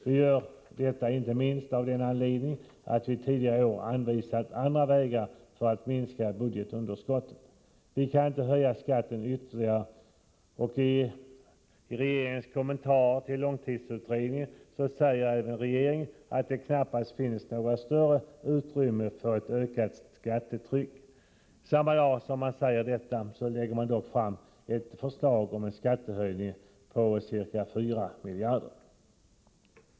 Vi gör detta inte minst av den anledningen att vi tidigare i år anvisat andra vägar för att minska budgetunderskottet. Vi kan inte höja skatten ytterligare. I sin kommentar till långtidsutredningen säger regeringen att det knappast finns något större utrymme för ett ökat skattetryck. Samma dag som man säger detta lägger regeringen fram ett förslag om skattehöjning på ca 4 miljarder.